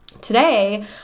Today